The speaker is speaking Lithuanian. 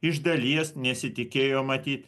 iš dalies nesitikėjo matyt